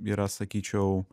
yra sakyčiau